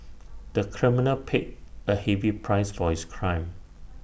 the criminal paid A heavy price for his crime